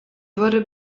würde